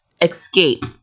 Escape